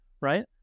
Right